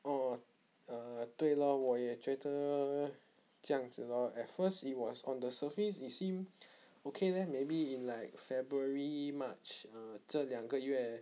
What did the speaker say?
oh err 对 lor 我也觉得这样子 lor at first it was on the surface it seemed okay leh maybe in like february march err 这两个月